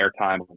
airtime